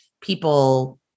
people